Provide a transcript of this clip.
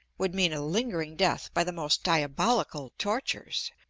would mean a lingering death by the most diabolical tortures,